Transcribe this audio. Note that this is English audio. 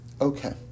Okay